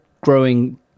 growing